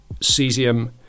cesium